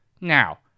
Now